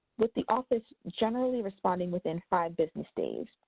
with the office generally responding within five business days,